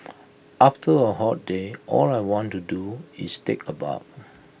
after A hot day all I want to do is take A bath